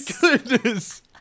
goodness